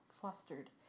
flustered